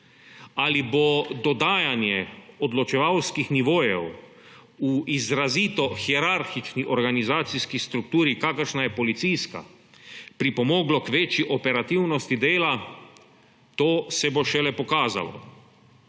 Ali bo dodajanje odločevalskih nivojev v izrazito hierarhični organizacijski strukturi, kakršna je policijska, pripomoglo k večji operativnosti dela, se bo šele pokazalo.